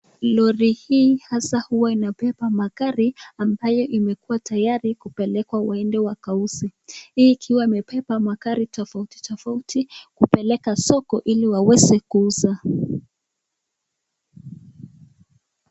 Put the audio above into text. Lori hii hasa huwa inabeba magari ambayo imekuwa tayari kupelekwa waende wakauze. Hii ikiwa imebeba magari tofauti tofauti kupeleka soko ili waweze kuuza.